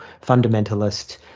fundamentalist